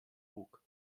łuk